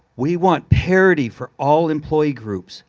we want parity for all employee groups,